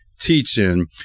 teaching